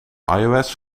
ios